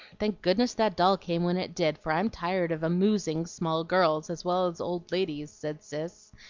thank goodness that doll came when it did, for i'm tired of amoosing small girls as well as old ladies, said cis,